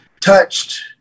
touched